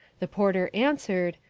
the porter answered,